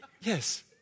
Yes